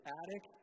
attic